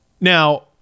Now